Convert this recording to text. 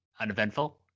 uneventful